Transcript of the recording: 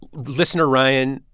listener ryan,